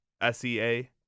S-E-A